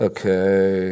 Okay